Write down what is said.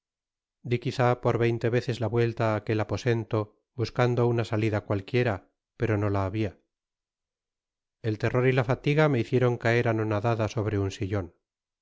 di quizá por veinte veces la vuelta á aquel aposento buscando una salida cualquiera pero no la habia el terror y la fatiga me hicieron caer anonadada sobre un sillon